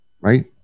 right